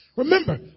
Remember